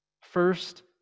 First